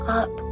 up